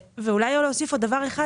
אולי להוסיף עוד דבר אחד.